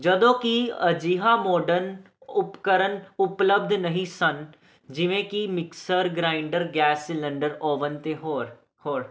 ਜਦੋਂ ਕਿ ਅਜਿਹਾ ਮਾਡਰਨ ਉਪਕਰਨ ਉਪਲਬਧ ਨਹੀਂ ਸਨ ਜਿਵੇਂ ਕਿ mixer grinder gas cylinder oven ਅਤੇ ਹੋਰ ਹੋਰ